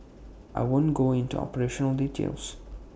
I won't go into operational details